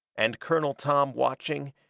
and colonel tom watching,